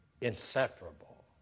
inseparable